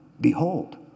behold